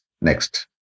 Next